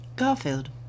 Garfield